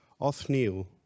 Othniel